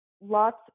Lots